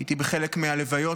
הייתי בחלק מהלוויות,